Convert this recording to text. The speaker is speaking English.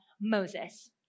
Moses